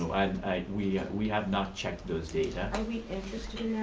we we have not checked those data. are we interested in yeah